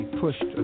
pushed